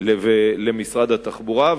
למשרד התחבורה.